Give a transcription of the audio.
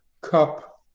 cup